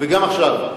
וגם עכשיו.